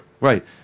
Right